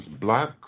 black